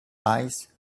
eyes